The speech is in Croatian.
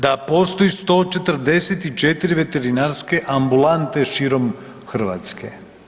Da postoji 144 veterinarske ambulante širom Hrvatske.